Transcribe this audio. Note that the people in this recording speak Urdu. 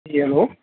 جی ہیلو